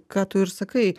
ką tu ir sakai